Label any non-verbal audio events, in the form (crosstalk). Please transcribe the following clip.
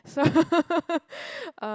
so (laughs)